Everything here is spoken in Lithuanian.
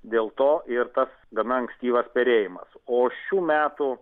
dėl to ir tas gana ankstyvas perėjimas o šių metų